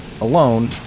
alone